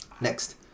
Next